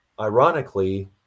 ironically